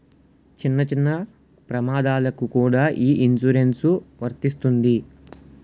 చిన్న చిన్న ప్రమాదాలకు కూడా ఈ ఇన్సురెన్సు వర్తిస్తుంది